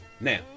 Now